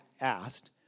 asked